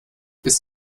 ist